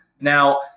Now